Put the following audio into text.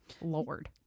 Lord